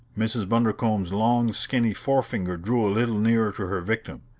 mrs. bundercombe's long, skinny forefinger drew a little nearer to her victim.